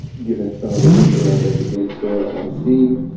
given some of the heat around the epic game store, on steam?